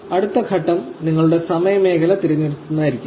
അടുത്ത ഘട്ടം നിങ്ങളുടെ സമയ മേഖല തിരഞ്ഞെടുക്കുന്നതായിരിക്കും